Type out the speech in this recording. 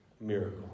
Miracle